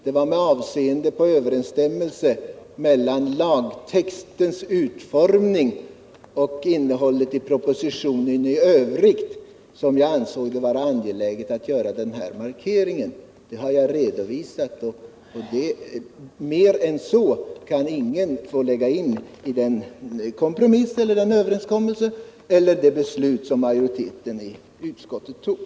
Det var med avseende på överensstämmelsen mellan lagtextens utformning och innehållet i proposi .ionen i övrigt som jag ansåg det vara angeläget att göra denna markering. Det har jag redovisat. Mer än så kan ingen lägga in i den kompromiss eller överenskommelse som utskottets majoritet har fattat beslut om.